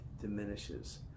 diminishes